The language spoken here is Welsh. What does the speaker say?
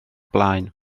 blaen